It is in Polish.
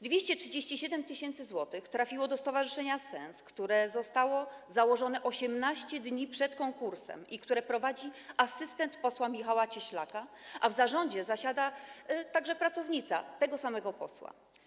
237 tys. zł trafiło do stowarzyszenia „SENS”, które zostało założone 18 dni przed konkursem i które prowadzi asystent posła Michała Cieślaka, a w jego zarządzie zasiada pracownica tego samego posła.